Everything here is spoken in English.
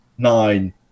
Nine